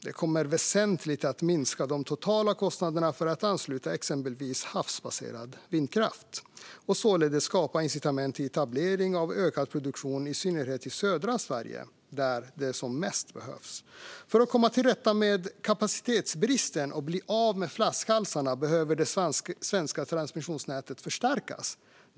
Det kommer att väsentligt minska de totala kostnaderna för att ansluta exempelvis havsbaserad vindkraft och således skapa incitament till etablering av ökad produktion, i synnerhet i södra Sverige där det behövs som mest. För att vi ska komma till rätta med kapacitetsbristen och bli av med flaskhalsarna behöver det svenska transmissionsnätet förstärkas.